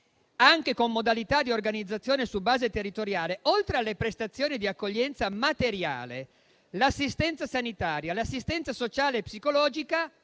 anche con modalità di organizzazione su base territoriale, oltre alle prestazioni di accoglienza materiale, l'assistenza sanitaria, l'assistenza sociale e psicologica,